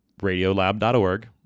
Radiolab.org